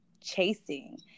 chasing